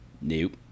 Nope